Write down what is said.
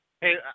Hey